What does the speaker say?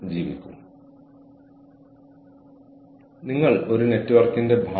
ഒപ്പം എന്റെ ടീം എന്നോട് പറഞ്ഞ കാര്യങ്ങൾ ഞാൻ വിശ്വസിച്ചു